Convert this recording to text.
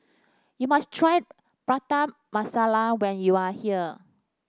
you must try Prata Masala when you are here